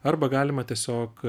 arba galima tiesiog